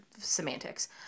semantics